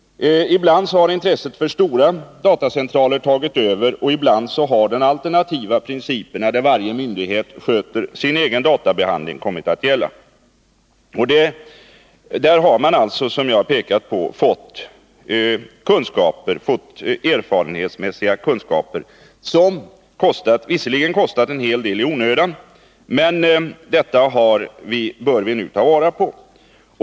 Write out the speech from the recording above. Ibland har intresset för stora datacentraler tagit över. Ibland har den alternativa principen, där varje myndighet sköter sin egen databehandling, kommit att gälla. Här har man alltså, som jag pekat på, fått erfarenhetsmässiga kunskaper, som visserligen kostat en hel del i onödan men som vi nu bör ta vara på.